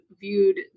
viewed